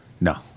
No